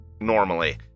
normally